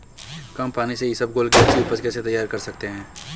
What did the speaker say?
कम पानी से इसबगोल की अच्छी ऊपज कैसे तैयार कर सकते हैं?